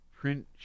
print